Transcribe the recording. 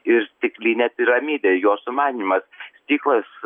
ir stiklinė piramidė jos sumanymas stiklas